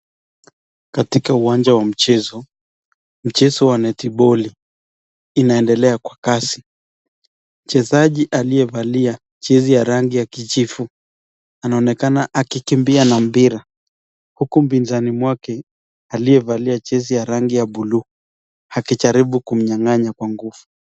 Katika uwanja wa michezo, mchezo wa netiboli inaendelea kwa kasi. Mchezaji aliyevalia jezi ya rangi ya kijivu anaonekana akikimbia na mpira, huku mpinzani mwake aliyevalia jezi ya rangi ya bluu akijaribu kumnyang'anya kwa nguvu.